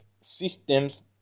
systems